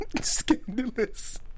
Scandalous